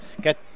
get